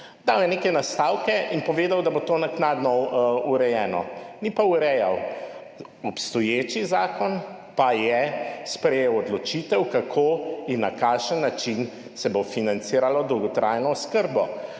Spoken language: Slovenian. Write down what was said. Dal je neke nastavke in povedal, da bo to naknadno urejeno, ni pa urejal, obstoječi zakon pa je sprejel odločitev kako in na kakšen način se bo financiralo dolgotrajno oskrbo.